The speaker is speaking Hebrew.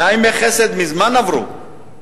מאה ימי חסד מזמן עברו.